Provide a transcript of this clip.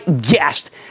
guest